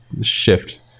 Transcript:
shift